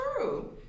true